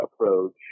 approach